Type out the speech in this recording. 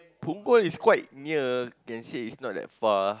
punggol is quite near you can say it's not that far